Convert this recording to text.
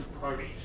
parties